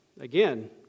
Again